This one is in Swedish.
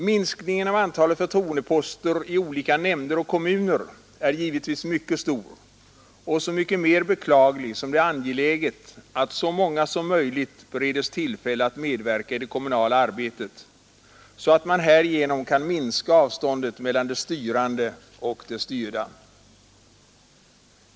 Minskningen av antalet förtroendeposter i olika nämnder och kommuner är givetvis mycket stor och så mycket mer beklaglig som det är angeläget att så många som möjligt beredes tillfälle att medverka i det kommunala arbetet, så att man härigenom kan minska avståndet mellan de styrande och de styrda.